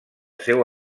seu